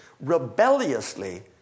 rebelliously